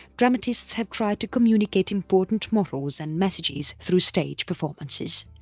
dramatists have tried to communicate important morals and messages through stage performances.